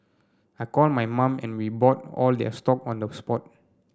I called my mum and we bought all their stock on the spot